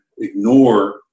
ignore